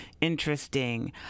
interesting